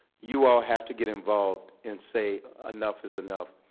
you all have to get involved and say enough is enough,